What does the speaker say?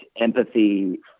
empathy